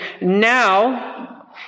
Now